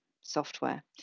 software